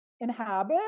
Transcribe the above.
inhabit